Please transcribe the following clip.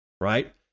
right